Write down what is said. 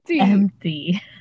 empty